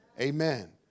Amen